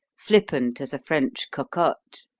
flippant as a french cocotte,